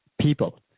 people